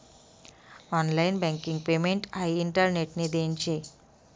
online banking payment हाई इंटरनेटनी देन शे